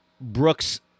Brooks